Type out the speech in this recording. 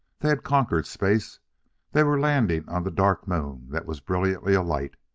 they had conquered space they were landing on the dark moon that was brilliantly alight.